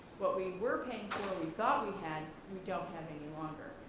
what we were paying for we thought we had, we don't have any longer.